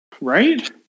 right